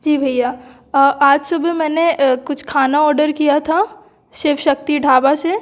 जी भैया आज सुबह मैंने कुछ खाना ऑडर किया था शिव शक्ति ढाबे से